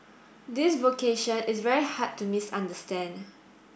this vocation is very hard to misunderstand